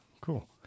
cool